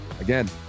again